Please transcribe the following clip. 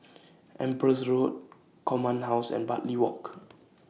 Empress Road Command House and Bartley Walk